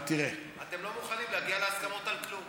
אתם לא מוכנים להגיע להסכמות על כלום.